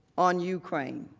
on ukraine.